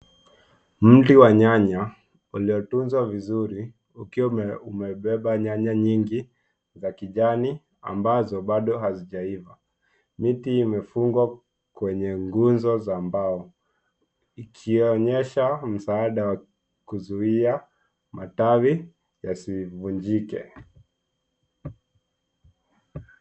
Mti wa nyanya uliotunzwa vizuri ukiwa umebeba nyanya nyingi za kijani ambazo bado hazijaiva. Miti imefungwa kwenye nguzo za mbao ikionyesha msaada wa kuzuia matawi yasivunjike.